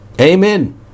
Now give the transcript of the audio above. Amen